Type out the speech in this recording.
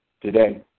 today